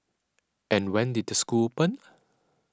and when did the school open